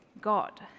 God